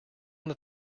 that